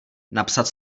napsat